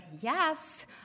yes